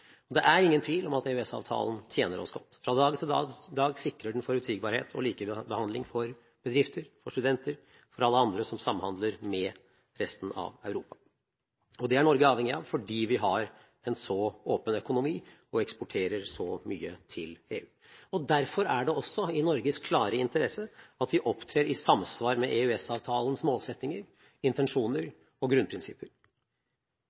Det er ingen tvil om at EØS-avtalen tjener oss godt. Fra dag til dag sikrer den forutsigbarhet og likebehandling for bedrifter, studenter og alle andre som samhandler med resten av Europa. Det er Norge avhengig av fordi vi har en så åpen økonomi og eksporterer så mye til EU. Derfor er det også i Norges klare interesse at vi opptrer i samsvar med EØS-avtalens målsettinger,